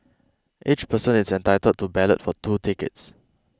each person is entitled to ballot for two tickets